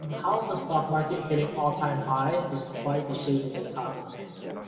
how is the stock market hitting all-time high's despite the shape of the economy right